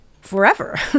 forever